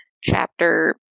Chapter